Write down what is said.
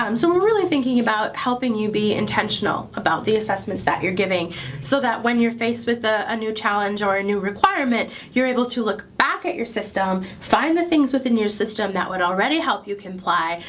um so we're really thinking about helping you be intentional about the assessments that you're giving so that, when you're faced with ah a new challenge or a new requirement, you're able to look back at your system, find the things within your system that would already help help you comply,